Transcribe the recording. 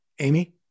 Amy